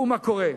ראו מה קורה,